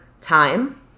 time